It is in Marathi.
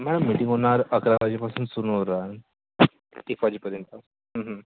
मॅम मीटिंग होणार अकरा वाजेपासून सुरू होरान एक वाजेपर्यंत